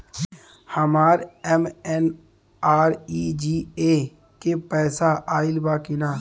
हमार एम.एन.आर.ई.जी.ए के पैसा आइल बा कि ना?